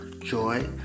joy